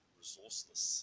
resourceless